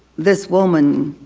this woman,